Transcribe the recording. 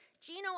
Gino